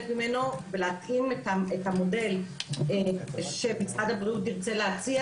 ממנו ולהקים את המודל שמשרד הבריאות ירצה להציע.